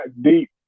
deep